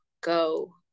go